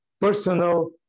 personal